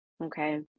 Okay